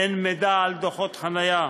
אין מידע על דוחות חניה,